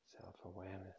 self-awareness